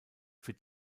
für